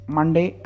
Monday